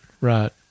Right